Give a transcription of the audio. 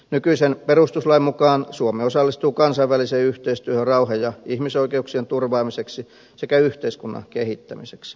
nykyisen perustuslain mukaan suomi osallistuu kansainväliseen yhteistyöhön rauhan ja ihmisoikeuksien turvaamiseksi sekä yhteiskunnan kehittämiseksi